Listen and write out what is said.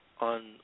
on